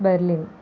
Berlin